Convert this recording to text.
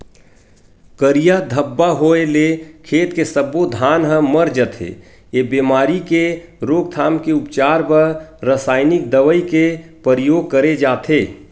करिया धब्बा होय ले खेत के सब्बो धान ह मर जथे, ए बेमारी के रोकथाम के उपचार बर रसाइनिक दवई के परियोग करे जाथे